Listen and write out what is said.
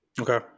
Okay